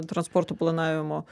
transporto planavimo